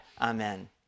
Amen